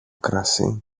κρασί